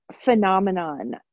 phenomenon